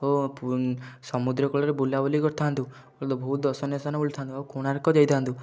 ଓ ସମୁଦ୍ର କୂଳରେ ବୁଲାବୁଲି କରିଥାନ୍ତୁ ବହୁ ଦର୍ଶନୀୟ ସ୍ଥାନ ବୁଲିଥାନ୍ତୁ ଆଉ କୋଣାର୍କ ଯାଇଥାନ୍ତୁ